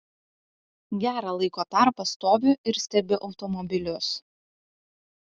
gerą laiko tarpą stoviu ir stebiu automobilius